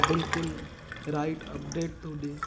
बिल्कुलु right update थो ॾे